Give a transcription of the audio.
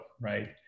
right